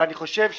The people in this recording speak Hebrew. אני חושב שכאן,